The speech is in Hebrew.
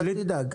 אל תדאג.